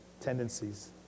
tendencies